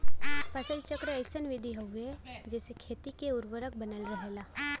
फसल चक्र अइसन विधि हउवे जेसे खेती क उर्वरक बनल रहला